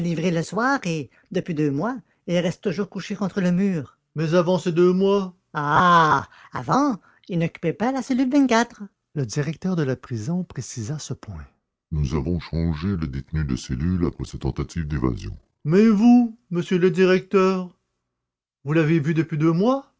le soir et depuis deux mois il reste toujours couché contre le mur mais avant ces deux mois ah avant il n'occupait pas la cellule le directeur de la prison précisa ce point nous avons changé le détenu de cellule après sa tentative d'évasion mais vous monsieur le directeur vous l'avez vu depuis deux mois